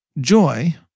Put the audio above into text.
Joy